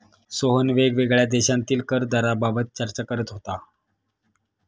सोहन वेगवेगळ्या देशांतील कर दराबाबत चर्चा करत होता